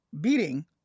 beating